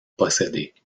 possédée